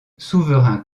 souverain